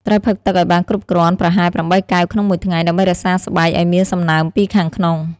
ត្រូវផឹកទឹកឱ្យបានគ្រប់គ្រាន់ ប្រហែល ៨ កែវក្នុងមួយថ្ងៃ ដើម្បីរក្សាស្បែកឱ្យមានសំណើមពីខាងក្នុង ។